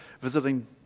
visiting